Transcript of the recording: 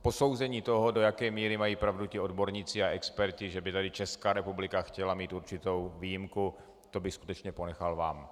Posouzení toho, do jaké míry mají pravdu ti odborníci a experti, že by tady Česká republika chtěla mít určitou výjimku, to bych skutečně ponechal vám.